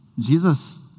Jesus